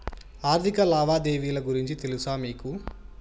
ఆర్థిక లావాదేవీల గురించి తెలుసా మీకు